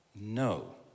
No